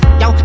yo